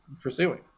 pursuing